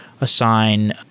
assign